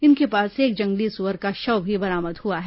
इनके पास से एक जंगली सुअर का शव भी बरामद हुआ है